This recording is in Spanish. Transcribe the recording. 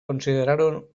consideraron